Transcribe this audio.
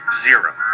Zero